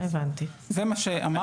זה מה שאמרתי.